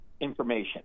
information